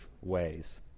ways